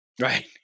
Right